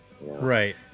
right